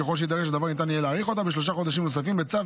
וככל שיידרש הדבר ניתן יהיה להאריך אותה בשלושה חודשים נוספים בצו